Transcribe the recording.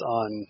on